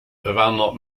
werner